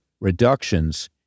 reductions